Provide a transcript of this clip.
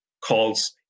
calls